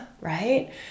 right